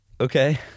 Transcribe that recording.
Okay